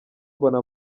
mbona